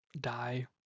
die